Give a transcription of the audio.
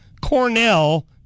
Cornell